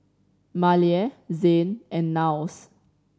Maleah Zayne and Niles